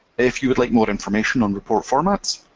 if you would like more information on report formats,